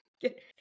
get